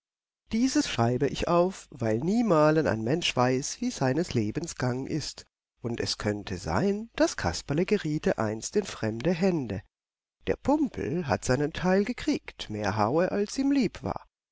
dieses schreibe ich auf weil niemalen ein mensch weiß wie seines lebens gang ist und es könnte sein das kasperle geriete einst in fremde hände der pumpel hat seinen teil gekriegt mehr haue als ihm lieb war